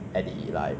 so how about you